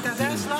אתה יודע למה?